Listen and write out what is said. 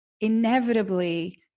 inevitably